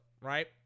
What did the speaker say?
right